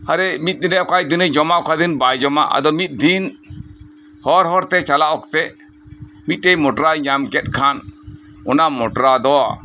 ᱟᱨᱮ ᱢᱤᱫ ᱫᱤᱱᱮ ᱚᱠᱟᱭ ᱡᱚᱢᱟ ᱚᱠᱟ ᱫᱤᱱ ᱵᱟᱭ ᱡᱚᱢᱟ ᱟᱫᱚ ᱢᱤᱫ ᱫᱷᱤᱱ ᱦᱚᱨ ᱦᱚᱨ ᱛᱮ ᱪᱟᱞᱟᱜ ᱚᱠᱛᱮ ᱢᱤᱫ ᱴᱮᱡ ᱢᱚᱴᱨᱟᱭ ᱧᱟᱢ ᱠᱮᱫ ᱠᱷᱟᱱ ᱚᱱᱟ ᱢᱚᱴᱨᱟ ᱫᱚ